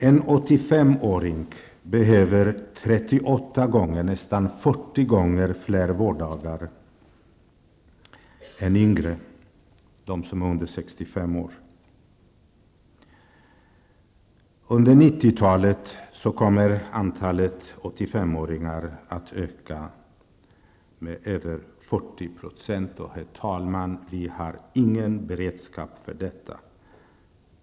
En 85-åring behöver 38, nästan 40 fler vårddagar än yngre, de som är under 65 år. Under 1990-talet kommer antalet 85-åringar att öka med 40 %. Vi har, herr talman, ingen beredskap för detta.